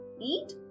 eat